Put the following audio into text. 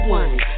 one